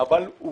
אבל הוא